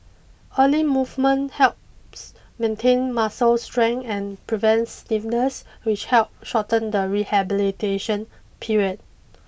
early movement helps maintain muscle strength and prevents stiffness which help shorten the rehabilitation period